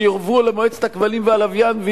שיועברו למועצת הכבלים והלוויין,